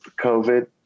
COVID